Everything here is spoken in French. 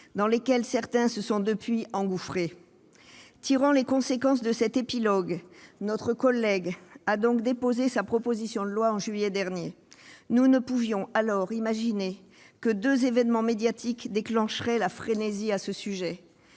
dans lesquelles certains se sont depuis engouffrés. Tirant les conséquences de cet épilogue, notre collègue a déposé sa proposition loi en juillet dernier. Nous ne pouvions alors imaginer que deux événements médiatiques déclencheraient la frénésie. Il y